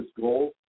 goals